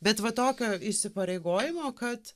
bet va tokio įsipareigojimo kad